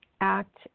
act